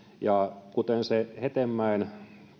kuten se hetemäen